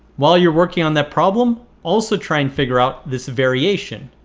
while you're working on that problem, also try and figure out this variation.